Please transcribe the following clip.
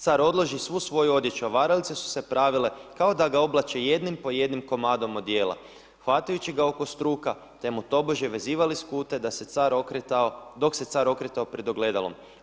Car odloži svu svoju odjeću, a varalice su se pravile kao da ga oblače jednim po jednim komadom odijela hvatajući ga oko struka te mu tobože vezivali skute da se car, dok se car okretao pred ogledalom.